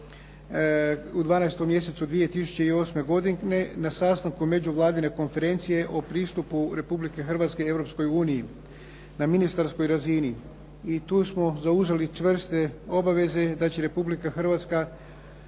u 12. mjesecu 2008. godine na sastanku međuvladine Konferencije o pristupu Republike Hrvatske Europskoj uniji na ministarskoj razini i tu smo zauzeli čvrste obaveze da će Republika Hrvatska